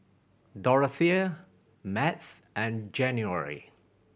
Dorathea Math and January